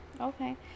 Okay